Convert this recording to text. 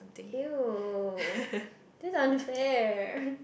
!eww! that's unfair